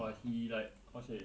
but he like how to say